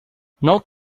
note